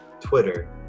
Twitter